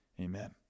amen